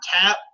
tap